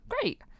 great